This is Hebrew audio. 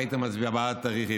היית מצביע בעד תאריך עברי.